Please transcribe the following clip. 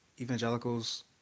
evangelicals